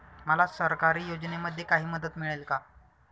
मला सरकारी योजनेमध्ये काही मदत मिळेल का?